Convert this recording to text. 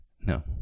No